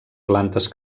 plantes